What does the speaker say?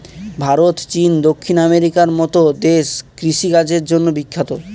ভারত, চীন, দক্ষিণ আমেরিকার মতো দেশ কৃষি কাজের জন্যে বিখ্যাত